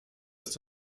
ist